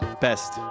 Best